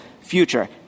future